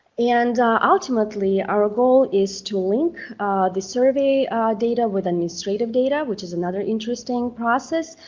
and ultimately our ah goal is to link the survey data with administrative data, which is another interesting process